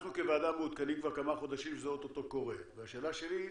אנחנו כוועדה מעודכנים כבר כמה חודשים שזה אוטוטו קורה והשאלה שלי,